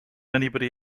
anybody